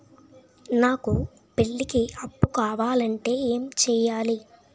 నాకు పెళ్లికి అప్పు కావాలంటే ఏం చేయాలి?